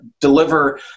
deliver